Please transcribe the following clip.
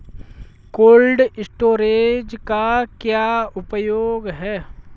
Cold storage का क्या उपयोग है?